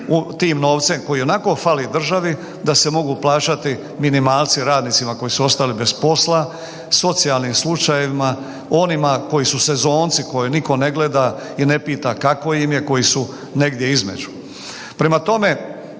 tim novcem koji i onako fali državi, da se mogu plaćati minimalci radnicima koji su ostali bez posla, socijalnim slučajevima, onima koji su sezonci koje niko ne gleda i ne pita kako im je koji su negdje između. Prema tome,